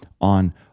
on